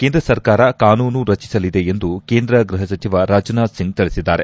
ಕೇಂದ್ರ ಸರ್ಕಾರ ಕಾನೂನು ರಚಿಸಲಿದೆ ಎಂದು ಕೇಂದ್ರ ಗೃಹ ಸಚಿವ ರಾಜನಾಥ್ ಸಿಂಗ್ ತಿಳಿಸಿದ್ದಾರೆ